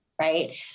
right